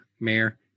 Mayor